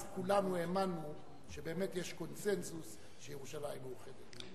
אז כולנו האמנו שבאמת יש קונסנזוס שירושלים מאוחדת.